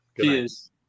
Cheers